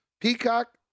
Peacock